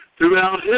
Throughout